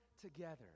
together